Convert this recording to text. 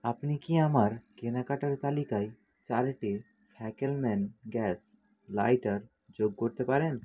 আপনি কি আমার কেনাকাটার তালিকায় চারটে ফ্যাকেলম্যান গ্যাস লাইটার যোগ করতে পারেন